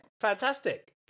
fantastic